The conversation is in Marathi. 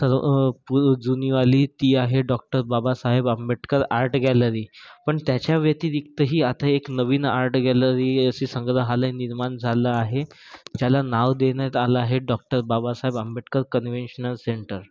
सर पुर जुनीवाली ती आहे doctor Babasaheb Ambedkar art gallery पण त्याच्या व्यतिरिक्तही आता एक नवीन आर्ट गॅलरी अशी संग्रहालय निर्माण झालं आहे ज्याला नाव देण्यात आलं आहे doctor Babasaheb Ambedkar conventional centre